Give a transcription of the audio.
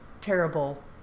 terrible